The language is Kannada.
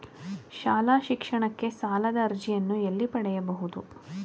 ಶಾಲಾ ಶಿಕ್ಷಣಕ್ಕೆ ಸಾಲದ ಅರ್ಜಿಯನ್ನು ಎಲ್ಲಿ ಪಡೆಯಬಹುದು?